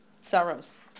Sorrows